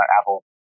Apple